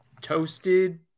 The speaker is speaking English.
toasted